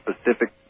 specific